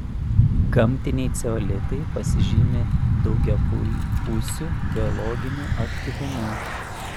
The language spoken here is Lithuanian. gamtiniai ceolitai pasižymi daugiapusiu biologiniu aktyvumu